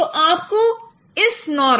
तो आपको इस नॉर्म